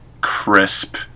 crisp